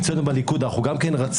אצלנו בתנועה אנחנו גם רצים,